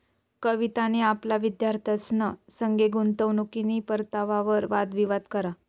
कवितानी आपला विद्यार्थ्यंसना संगे गुंतवणूकनी परतावावर वाद विवाद करा